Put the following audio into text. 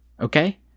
okay